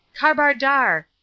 Karbardar